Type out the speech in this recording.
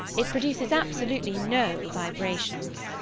it produces absolutely no vibrations.